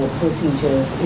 procedures